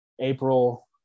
April